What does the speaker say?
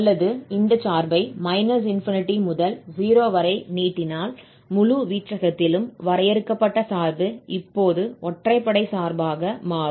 அல்லது இந்த சார்பை முதல் 0 வரை நீட்டினால் முழு வீச்சகத்திலும் வரையறுக்கப்பட்ட சார்பு இப்போது ஒற்றைப்படை சார்பாக மாறும்